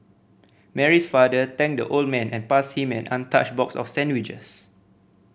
Mary's father thanked the old man and passed him an untouched box of sandwiches